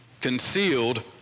concealed